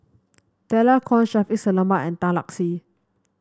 Stella Kon Shaffiq Selamat and Tan Lark Sye